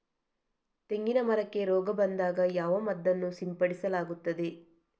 ತೆಂಗಿನ ಮರಕ್ಕೆ ರೋಗ ಬಂದಾಗ ಯಾವ ಮದ್ದನ್ನು ಸಿಂಪಡಿಸಲಾಗುತ್ತದೆ?